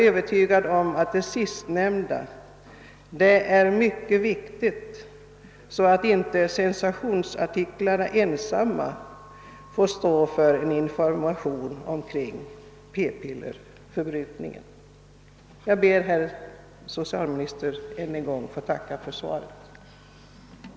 Det sistnämnda är mycket viktigt för att undvika att sensationsartiklarna ensamma får svara för informationen om Pppillerförbrukningen. Jag ber, herr socialminister, än en gång att få tacka för svaret på min interpellation.